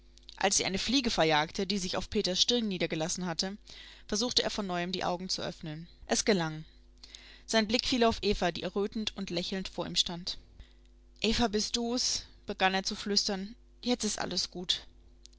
als sie eine fliege verjagte die sich auf peters stirn niedergelassen hatte versuchte er von neuem die augen zu öffnen es gelang sein blick fiel auf eva die errötend und lächelnd vor ihm stand eva bis du's begann er zu flüstern jetzt ist alles gut